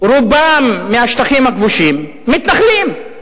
רובם מהשטחים הכבושים, מתנחלים,